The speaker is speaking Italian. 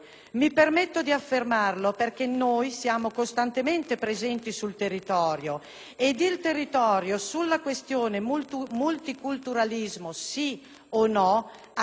noi siamo costantemente presenti sul territorio ed il territorio, sulla questione «multiculturalismo, sì o no», ha le idee sorprendentemente